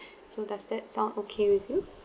so does that sound okay with you